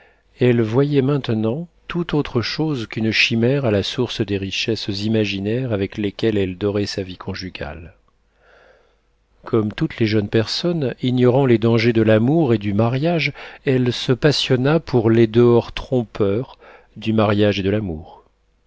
elle voyait maintenant tout autre chose qu'une chimère à la source des richesses imaginaires avec lesquelles elle dorait sa vie conjugale comme toutes les jeunes personnes ignorant les dangers de l'amour et du mariage elle se passionna pour les dehors trompeurs du mariage et de l'amour